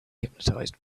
hypnotized